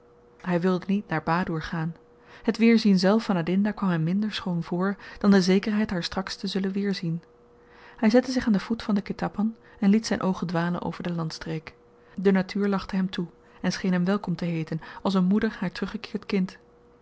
hy wilde niet naar badoer gaan het weerzien zelf van adinda kwam hem minder schoon voor dan de zekerheid haar straks te zullen weerzien hy zette zich aan den voet van den ketapan en liet zyn oogen dwalen over de landstreek de natuur lachte hem toe en scheen hem welkom te heeten als een moeder haar teruggekeerd kind